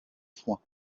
foin